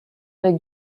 avec